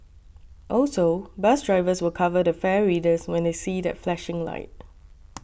also bus drivers will cover the fare readers when they see that flashing light